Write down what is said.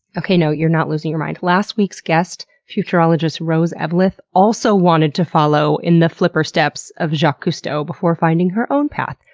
okay no, you're not losing your mind. last week's guest, futurologist rose eveleth also wanted to follow in the flipper steps of jacques cousteau before finding her own path.